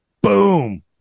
Boom